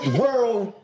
world